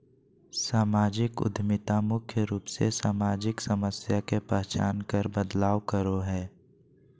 सामाजिक उद्यमिता मुख्य रूप से सामाजिक समस्या के पहचान कर बदलाव करो हय